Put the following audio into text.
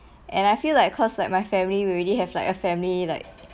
and I feel like cause like my family will really have like a family like